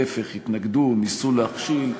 להפך: התנגדו, ניסו להכשיל,